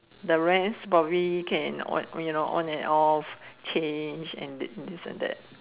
the rest probably can on you know on and off change this and that